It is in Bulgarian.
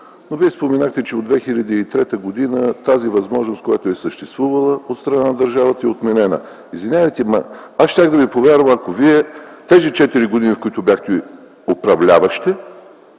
но Вие споменахте, че от 2003 г. тази възможност, която е съществувала от страна на държавата, е отменена. Извинявайте, щях да Ви повярвам, ако през тези четири години, в които бяхте управляващи,